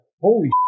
holy